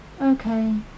Okay